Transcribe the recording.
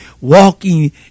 walking